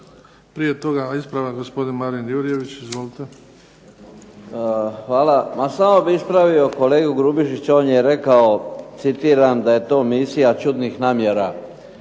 Prije toga ispravak gospodin Marin Jurjević. Izvolite. **Jurjević, Marin (SDP)** Hvala. Ma samo bih ispravio kolegu Grubišića. On je rekao citiram da je to misija čudnih namjera.